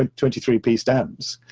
ah twenty three piece stamps,